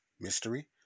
Mystery